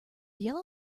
yellow